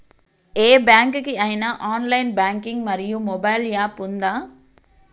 ఏ bank కి ఐనా online banking మరియు మొబైల్ యాప్ ఉందా?